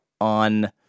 on